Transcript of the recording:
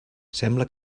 sembla